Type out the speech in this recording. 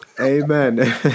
amen